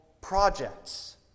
projects